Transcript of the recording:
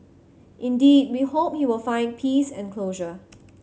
indeed we hope he will find peace and closure